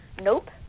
Nope